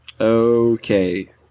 Okay